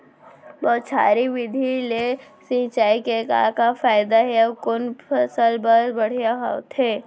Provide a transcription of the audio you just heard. बौछारी विधि ले सिंचाई के का फायदा हे अऊ कोन फसल बर बढ़िया होथे?